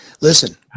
listen